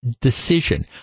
decision